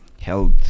health